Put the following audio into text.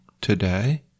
today